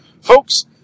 Folks